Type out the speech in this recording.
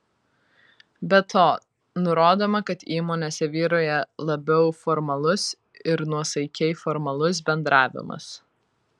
be to nurodoma kad įmonėse vyrauja labiau formalus ir nuosaikiai formalus bendravimas